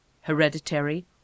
hereditary